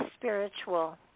spiritual